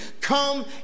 Come